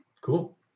Cool